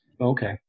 Okay